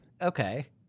Okay